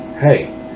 hey